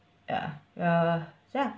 ya ya ya